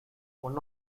one